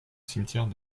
cimetière